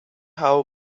how